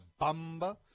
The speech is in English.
Bamba